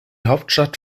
hauptstadt